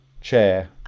chair